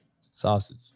Sausage